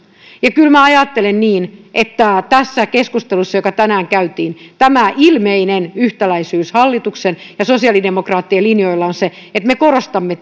ja kyllä minä ajattelen niin että tässä keskustelussa joka tänään käytiin tämä ilmeinen yhtäläisyys hallituksen ja sosiaalidemokraattien linjoilla on se että me korostamme